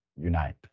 Unite